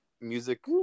music